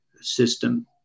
system